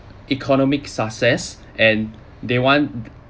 economic success and they want